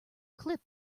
clip